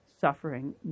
suffering